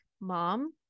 Mom